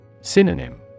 Synonym